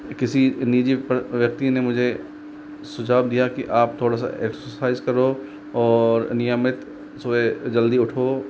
किसी निजी पर व्यक्ति ने मुझे सुझाव दिया कि आप थोड़ा सा एक्सरसाइज़ करो और नियमित सुबह जल्दी उठो